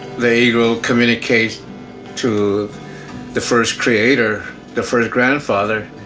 the eagle, communicates to the first creator, the first grandfather,